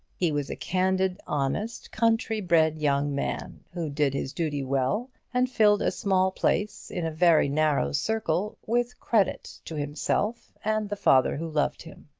he was a candid, honest, country-bred young man, who did his duty well, and filled a small place in a very narrow circle with credit to himself and the father who loved him.